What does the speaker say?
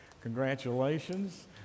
Congratulations